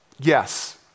Yes